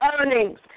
earnings